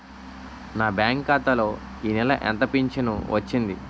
నా బ్యాంక్ ఖాతా లో ఈ నెల ఎంత ఫించను వచ్చింది?